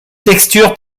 texture